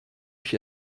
ich